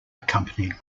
accompanied